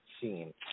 scene